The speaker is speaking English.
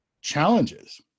challenges